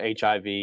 hiv